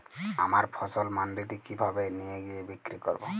আমার ফসল মান্ডিতে কিভাবে নিয়ে গিয়ে বিক্রি করব?